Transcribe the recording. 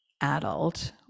adult